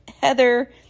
Heather